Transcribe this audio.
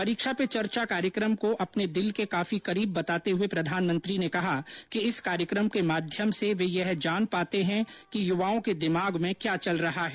परीक्षा पे चर्चा कार्यक्रम को अपने दिल के काफी करीब बताते हुए प्रधानमंत्री ने कहा कि इस कार्यक्रम के माध्यम से वे यह जान पाते हैं कि युवाओं के दिमाग में क्या चल रहा है